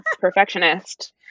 perfectionist